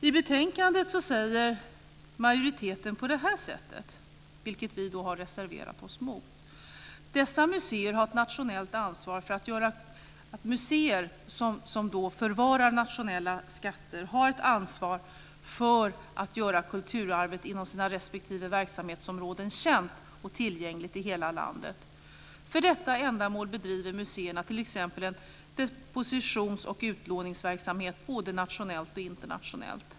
I betänkandet säger majoriteten på det här sättet om museer som förvarar nationella skatter, vilket vi har reserverat oss mot: "Dessa museer har ett nationellt ansvar för att göra kulturarvet inom sina respektive verksamhetsområden känt och tillgängligt i hela landet. För detta ändamål bedriver museerna t.ex. en depositions och utlåningsverksamhet både nationellt och internationellt.